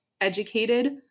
educated